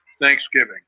Thanksgiving